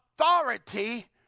authority